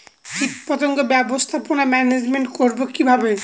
কীটপতঙ্গ ব্যবস্থাপনা ম্যানেজমেন্ট করব কিভাবে?